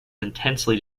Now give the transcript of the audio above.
intensely